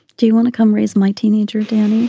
do you want to come raise my teenager danny